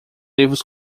livros